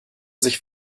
sich